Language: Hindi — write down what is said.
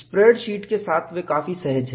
स्प्रेडशीट के साथ काफी सहज हैं